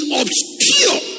obscure